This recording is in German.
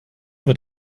wird